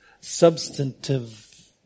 substantive